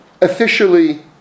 officially